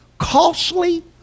costly